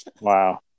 Wow